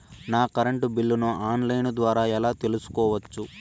నా కరెంటు బిల్లులను online ద్వారా ఎలా తెలుసుకోవచ్చు?